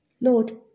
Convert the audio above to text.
Lord